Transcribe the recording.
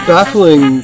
Baffling